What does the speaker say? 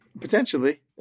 Potentially